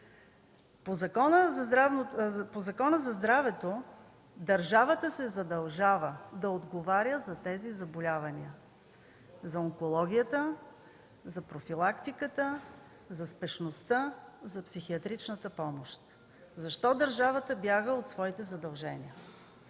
По Закона за здравето държавата се задължава да отговаря за тези заболявания – за онкологията, за профилактиката, за спешността и за психиатричната помощ. Защо държавата бяга от своите задължения?